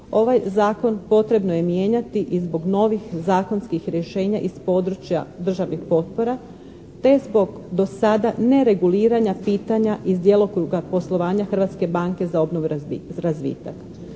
ovaj zakon potrebno je mijenjati i zbog novih zakonskih rješenja iz područja dražvnih potpora, te zbog do sada nereguliranja pitanja iz djelokruga poslovanja Hrvatske banke za obnovu i razvitak.